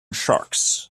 sharks